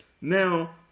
Now